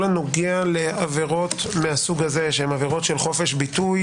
הנוגע לעבירות מהסוג הזה שהם עבירות של חופש ביטוי,